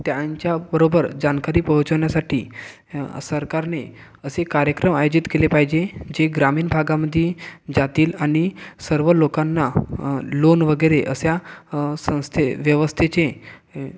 त्यांच्याबरोबर जानकारी पोहोचवण्यासाठी सरकारने असे कार्यक्रम आयोजित केले पाहिजे जे ग्रामीण भागामध्ये जातील आणि सर्व लोकांना लोन वगैरे अशा संस्थे व्यवस्थेचे